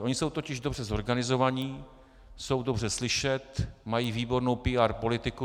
Oni jsou totiž dobře zorganizovaní, jsou dobře slyšet, mají výbornou PR politiku.